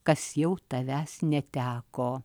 kas jau tavęs neteko